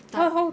tak